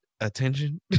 attention